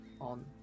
on